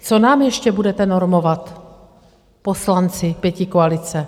Co nám ještě budete normovat, poslanci pětikoalice?